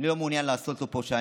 אבל אני לא מעוניין לעשות לו שיימינג,